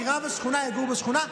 כי רב השכונה יגור בשכונה.